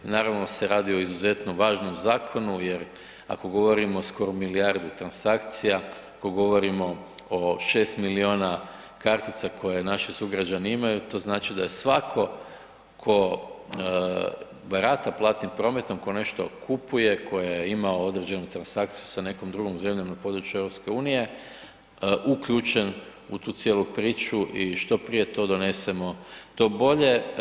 Naravno se radi o izuzetno važnom zakonu jer ako govorimo o skoro milijardu transakcija, ako govorimo o 6 milijuna kartica koje naši sugrađani imaju, to znači da svako ko barata platnim prometom, ko nešto kupuje, ko je imao određenu transakciju sa nekom drugom zemljom na području EU uključen u tu cijelu priču i što prije to donesemo to bolje.